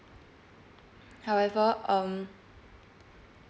however um